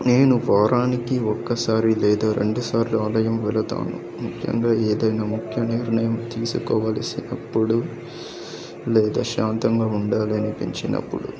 నేను వారానికి ఒక్కసారి లేదా రెండుసార్లు ఆలయం వెళతాను ముఖ్యంగా ఏదైనా ముఖ్య నిర్ణయం తీసుకోవలసినప్పుడు లేదా శాంతంగా ఉండాలని పెంచినప్పుడు